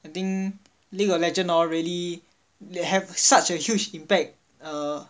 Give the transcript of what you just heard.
I think League of Legend hor really they have such a huge impact err